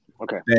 okay